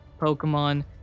pokemon